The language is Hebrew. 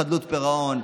חדלות פירעון,